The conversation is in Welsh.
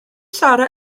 sarra